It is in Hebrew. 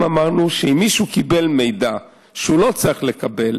גם אמרנו שאם מישהו קיבל מידע שהוא לא היה צריך לקבל,